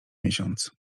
miesiąc